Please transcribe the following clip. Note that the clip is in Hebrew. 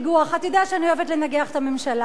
ואתה יודע שאני אוהבת לנגח את הממשלה הזו,